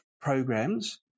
programs